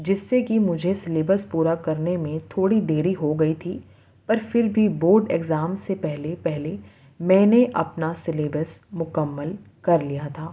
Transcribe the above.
جس سے کہ مجھے سلیبس پورا کرنے میں تھوڑی دیری ہو گئی تھی پر پھر بھی بورڈ ایگزام سے پہلے پہلے میں نے اپنا سیلبس مکمل کر لیا تھا